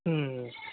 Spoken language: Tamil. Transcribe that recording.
ம் ம்